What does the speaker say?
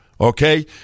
Okay